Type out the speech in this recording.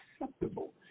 acceptable